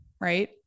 right